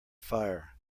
fire